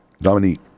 Dominique